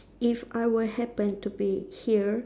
if I were happen to be here